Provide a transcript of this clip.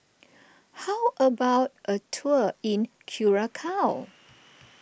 how about a tour in Curacao